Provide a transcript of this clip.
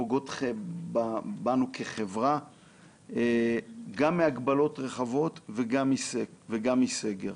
שפוגעות בנו כחברה, גם מהגבלות רחבות וגם מסגר.